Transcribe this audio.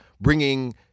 bringing